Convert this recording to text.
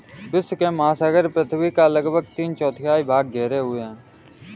विश्व के महासागर पृथ्वी का लगभग तीन चौथाई भाग घेरे हुए हैं